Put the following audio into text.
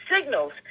signals